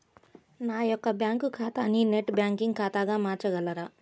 నా యొక్క బ్యాంకు ఖాతాని నెట్ బ్యాంకింగ్ ఖాతాగా మార్చగలరా?